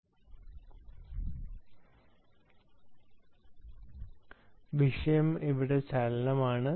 topic വിഷയം ഇവിടെ ചലനം ആണ്